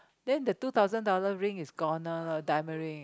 then the two thousand dollar ring is goner diamond ring